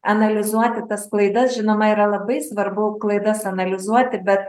analizuoti tas klaidas žinoma yra labai svarbu klaidas analizuoti bet